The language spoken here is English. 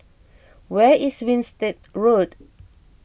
where is Winstedt Road